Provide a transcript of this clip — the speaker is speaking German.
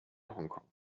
hongkong